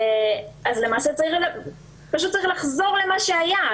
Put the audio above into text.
למעשה צריך לחזור למה שהיה.